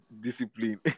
discipline